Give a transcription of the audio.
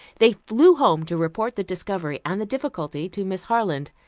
they flew home to report the discovery and the difficulty to miss harland,